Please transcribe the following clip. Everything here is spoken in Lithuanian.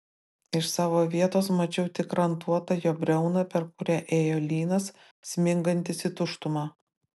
iš savo vietos mačiau tik rantuotą jo briauną per kurią ėjo lynas smingantis į tuštumą